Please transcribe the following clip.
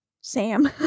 Sam